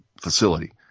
Facility